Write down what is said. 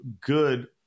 good